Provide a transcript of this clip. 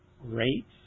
rates